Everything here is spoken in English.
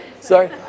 Sorry